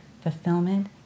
fulfillment